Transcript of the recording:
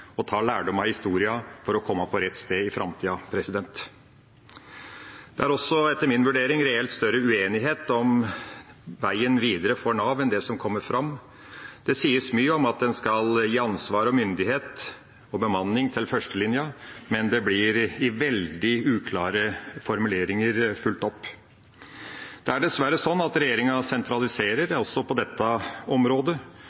ta lærdom av historien for å komme på rett sted i framtida. Det er også etter min vurdering reelt større uenighet om veien videre for Nav enn det som kommer fram. Det sies mye om at en skal gi ansvar og myndighet og bemanning til førstelinja, men det blir i veldig uklare formuleringer fulgt opp. Det er dessverre sånn at regjeringa sentraliserer